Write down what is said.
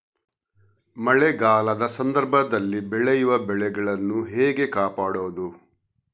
ಮಳೆಗಾಲದ ಸಂದರ್ಭದಲ್ಲಿ ಬೆಳೆಯುವ ಬೆಳೆಗಳನ್ನು ಹೇಗೆ ಕಾಪಾಡೋದು?